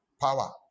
Power